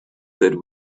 that